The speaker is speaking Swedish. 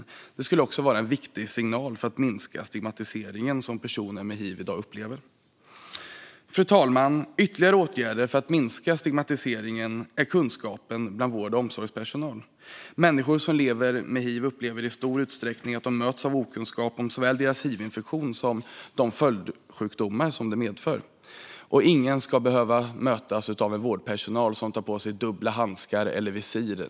Detta skulle också vara en viktig signal för att minska den stigmatisering som personer med hiv i dag upplever. Fru talman! Ytterligare åtgärder för att minska stigmatiseringen är kunskapen bland vård och omsorgspersonal. Människor som lever med hiv upplever i stor utsträckning att de möts av okunskap om såväl deras hivinfektion som de följdsjukdomar som den medför. Ingen ska behöva mötas av vårdpersonal med dubbla handskar eller visir.